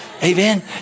Amen